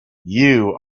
you